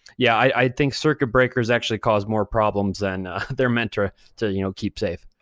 yeah, i think circuit breakers actually cause more problems than they're meant ah to you know keep save.